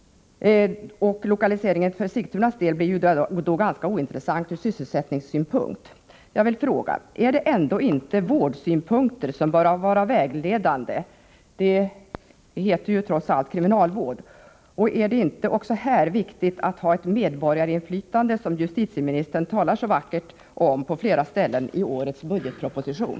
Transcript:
Lokaliseringen för Sigtunas del ur sysselsättningssynpunkt blir då ganska ointressant. Jag vill fråga: Är det ändå inte vårdsynpunkterna som bör vara vägledande? Det heter ju trots allt kriminalvård. Och är det inte även i det här sammanhanget viktigt att ha det medborgarinflytande som justitieministern så vackert talar om på flera ställen i årets budgetproposition?